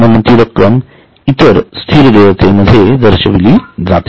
म्हणून ती रक्कम इतर स्थिर देयते मध्ये दर्शविली जाते